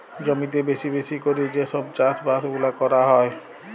জমিতে বেশি বেশি ক্যরে যে সব চাষ বাস গুলা ক্যরা হ্যয়